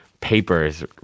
papers